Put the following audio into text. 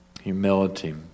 humility